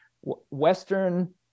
Western